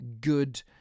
good